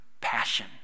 passion